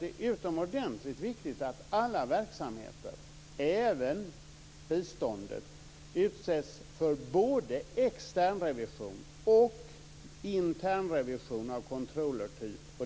Det är utomordentligt viktigt att alla verksamheter, även biståndet, utsätts för både extern revision och intern revision av controllertyp.